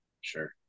Sure